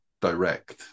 Direct